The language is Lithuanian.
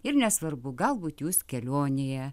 ir nesvarbu galbūt jūs kelionėje